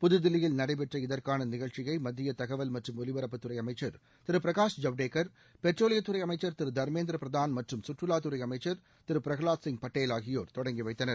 புதுதில்லியில் நடைபெற்ற இதற்கான நிகழ்ச்சியை மத்திய தகவல் மற்றும் ஒலிரப்புத்துறை அமைச்சர் திரு பிரகாஷ் ஜவடேகர் பெட்ரோலியத்துறை அமைச்சர் திரு தர்மேந்திர பிரதான் மற்றும் சுற்றுவாத்துறை அமைச்சர் திரு பிரஹலாத் சிங் பட்டேல் ஆகியோர் தொடங்கி வைத்தனர்